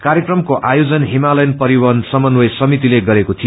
कार्यक्रमको आयोजन हिमालयन पनिवहन समन्वय समितिले गरेको थियो